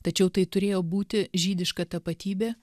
tačiau tai turėjo būti žydiška tapatybė